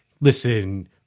listen –